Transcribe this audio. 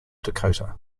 dakota